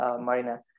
marina